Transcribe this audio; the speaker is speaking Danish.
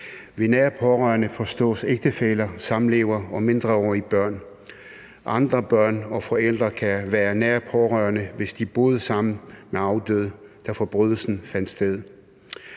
en nær pårørende forstås en ægtefælle, samlever og mindreårige børn. Andre børn og forældre kan være nære pårørende, hvis de boede sammen med afdøde, da forbrydelsen fandt sted.